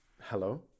Hello